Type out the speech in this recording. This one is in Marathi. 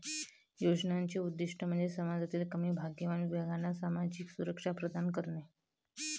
योजनांचे उद्दीष्ट म्हणजे समाजातील कमी भाग्यवान विभागांना सामाजिक सुरक्षा प्रदान करणे